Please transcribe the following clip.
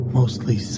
mostly